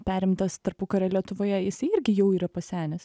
perimtas tarpukario lietuvoje jisai irgi jau yra pasenęs